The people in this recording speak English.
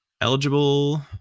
eligible